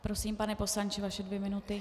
Prosím, pane poslanče, vaše dvě minuty.